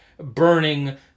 burning